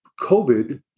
COVID